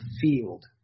field